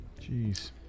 Jeez